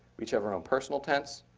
we each have our own personal tents.